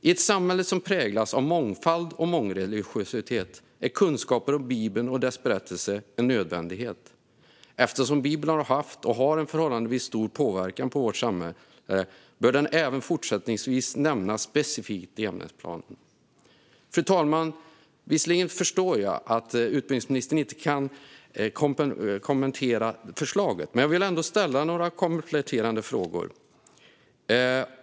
I ett samhälle som präglas av mångfald och mångreligiositet är kunskaper om Bibeln och dess berättelser en nödvändighet. Eftersom Bibeln har haft och har en förhållandevis stor påverkan på vårt samhälle bör den även fortsättningsvis nämnas specifikt i ämnesplanen. Fru talman! Visserligen förstår jag att utbildningsministern inte kan kommentera förslaget, men jag vill ändå ställa några kompletterande frågor.